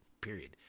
period